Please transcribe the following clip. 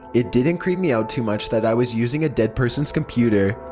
it didn't creep me out too much that i was using a dead person's computer,